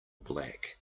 black